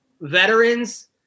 veterans